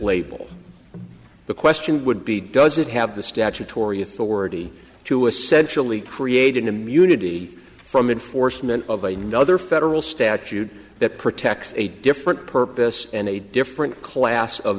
label the question would be does it have the statutory authority to essentially create an immunity from enforcement of a no other federal statute that protects a different purpose and a different class of